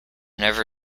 never